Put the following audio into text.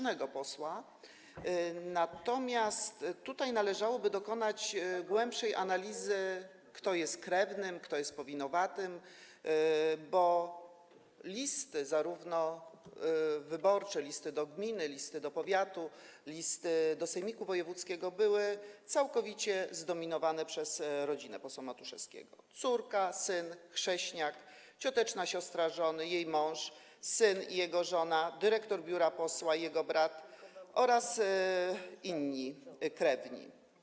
Natomiast tutaj należałoby dokonać głębszej analizy, kto jest krewnym, kto jest powinowatym, bo listy wyborcze, zarówno do gminy, jak i do powiatu, i do sejmiku wojewódzkiego były całkowicie zdominowane przez rodzinę posła Matuszewskiego: córka, syn, chrześniak, cioteczna siostra żony, jej mąż, syn i jego żona, dyrektor biura posła i jego brat oraz inni krewni.